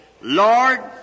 Lord